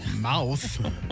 mouth